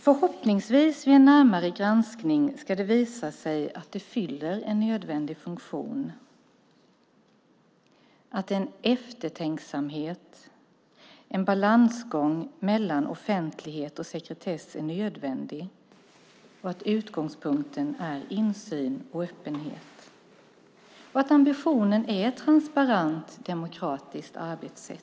Förhoppningsvis ska det vid en närmare granskning visa sig att detta fyller en nödvändig funktion - att en eftertänksamhet och en balansgång mellan offentlighet och sekretess är nödvändig, att utgångspunkten är insyn och öppenhet och att ambitionen är ett transparent demokratiskt arbetssätt.